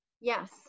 Yes